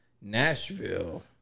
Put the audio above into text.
Nashville